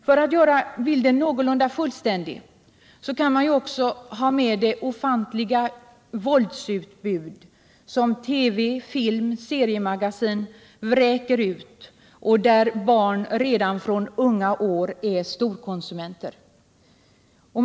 För att göra bilden någorlunda fullständig kan man också ha med det ofantliga våldsutbud som TV, film och seriemagasin vräker ut och där barn redan från unga år är storkonsumenter.